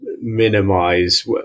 minimize